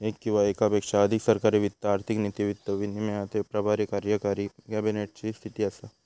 येक किंवा येकापेक्षा अधिक सरकारी वित्त आर्थिक नीती, वित्त विनियमाचे प्रभारी कार्यकारी कॅबिनेट ची स्थिती असा